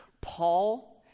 Paul